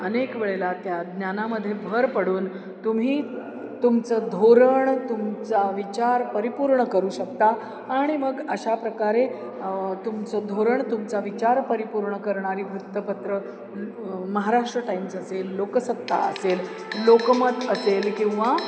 अनेक वेळेला त्या ज्ञानामध्ये भर पडून तुम्ही तुमचं धोरण तुमचा विचार परिपूर्ण करू शकता आणि मग अशा प्रकारे तुमचं धोरण तुमचा विचार परिपूर्ण करणारी वृत्तपत्रं महाराष्ट्र टाईम्स असेल लोकसत्ता असेल लोकमत असेल किंवा